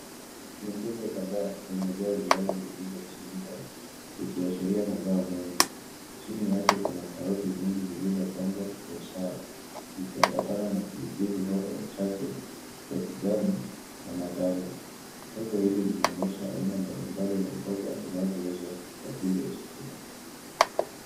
Mikebe kadhaa imejaa viazi vilivyochimbwa ikiashiria mazao mengi. Chini yake kuna karoti nyingi zilizopangwa kwa usawa zikiambatana na pilipili hoho chache za kijani na matango. Soko hili linaonyesha aina mbalimbali ya mboga zinazouzwa kwa ajili ya chakula.